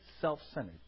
self-centered